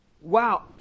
Wow